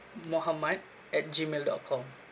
mohamed at G mail dot com